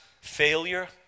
failure